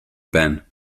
ben